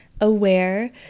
aware